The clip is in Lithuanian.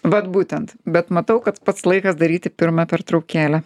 vat būtent bet matau kad pats laikas daryti pirmą pertraukėlę